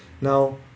Now